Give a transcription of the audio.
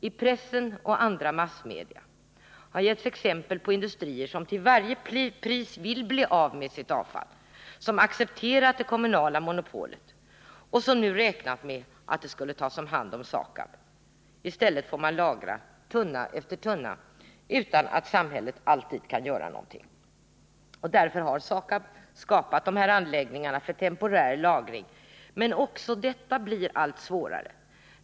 I pressen och andra massmedia har givits exempel på industrier som till varje pris vill bli av med - Nr 105 sitt avfall, som accepterat det kommunala monopolet och som räknat med att Onsdagen den avfallet skulle tas om hand av SAKAB. I stället får man lagra tunna efter 19 mars 1980 tunna utan att samhället kan göra någonting. Därför har SAKAB skapat de här anläggningarna för temporär lagring. Om behandlingen Men också detta blir allt svårare.